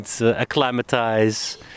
acclimatize